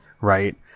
right